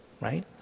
right